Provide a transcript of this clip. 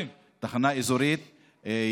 תחנה אזורית.